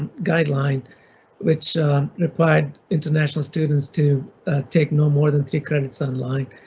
guidelines which required international students to take no more than three credits online.